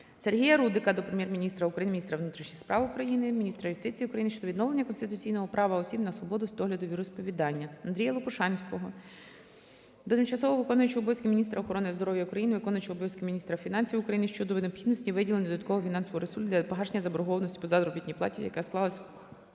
Сергія Рудика до Прем'єр-міністра України, міністра внутрішніх справ України, міністра юстиції України щодо відновлення конституційного права осіб на свободу світогляду й віросповідання. Андрія Лопушанського до тимчасово виконуючої обов'язки міністра охорони здоров'я України, виконувача обов'язків міністра фінансів України щодо необхідності виділення додаткового фінансового ресурсу для погашення заборгованості по заробітній платі, яка склалась у Комунальному